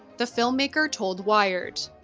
the filmmaker told wired,